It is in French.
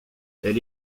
elle